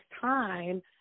time